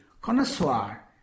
connoisseur